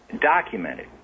Documented